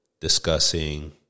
discussing